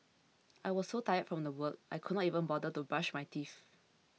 I was so tired from work I could not even bother to brush my teeth